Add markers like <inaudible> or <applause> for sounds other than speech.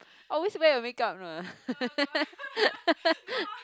always wear your make-up no lah <laughs>